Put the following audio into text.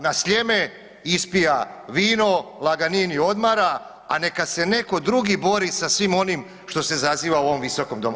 Na Sljeme, ispija vino, laganini odmara a neka se netko drugi bori sa svim onim što se zaziva u ovom Visokom domu.